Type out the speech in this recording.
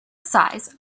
size